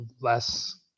less